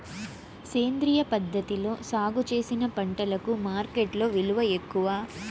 సేంద్రియ పద్ధతిలో సాగు చేసిన పంటలకు మార్కెట్టులో విలువ ఎక్కువ